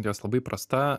jos labai prasta